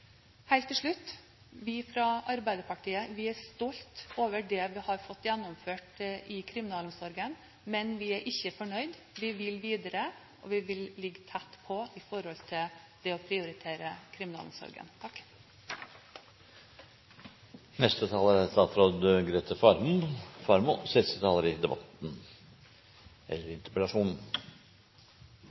Helt til slutt: Vi fra Arbeiderpartiet er stolte over det vi har fått gjennomført i kriminalomsorgen, men vi er ikke fornøyd, vi vil videre, og vi vil ligge tett på i forhold til det å prioritere kriminalomsorgen. Jeg vil også få benytte anledningen til å takke interpellanten for initiativet og for den gode debatten.